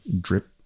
drip